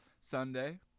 Sunday